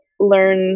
learn